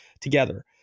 together